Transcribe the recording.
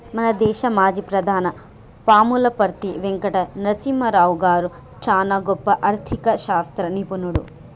మన దేశ మాజీ ప్రధాని పాములపర్తి వెంకట నరసింహారావు గారు చానా గొప్ప ఆర్ధిక శాస్త్ర నిపుణుడు